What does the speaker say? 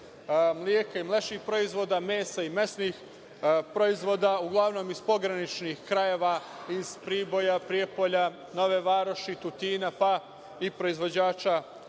mleka i mlečnih proizvoda, mesa i mesnih proizvoda, uglavnom iz pograničnih krajeva, iz Priboja, Prijepolja, Nove Varoši, Tutina, pa i proizvođača